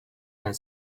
and